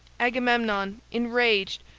agamemnon, enraged,